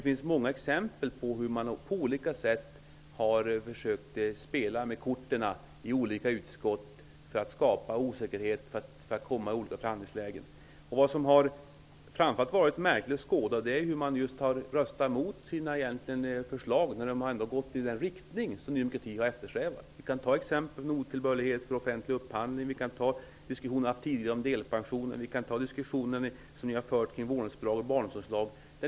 Det finns många exempel på hur man på olika sätt har försökt spela med korten i olika utskott för att skapa osäkerhet och komma i olika förhandlingslägen. Framför allt har det varit märkligt att skåda hur man har röstat emot förslag som gått i den riktning som Ny demokrati eftersträvat. Vi kan ta exemplen otillbörlighet vid offentlig upphandling, de diskussioner som förts tidigare om delpensionen och de diskussioner som förts om vårdnadsbidrag och barnomsorgslag.